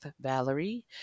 Valerie